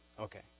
Okay